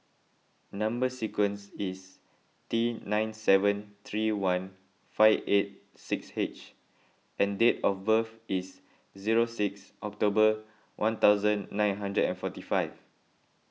Number Sequence is T nine seven three one five eight six H and date of birth is zero six October one thousand nine hundred and forty five